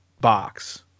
box